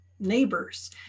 neighbors